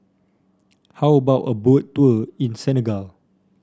how about a Boat Tour in Senegal